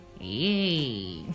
yay